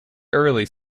early